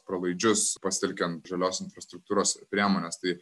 pralaidžius pasitelkiant žalios infrastruktūros priemones tai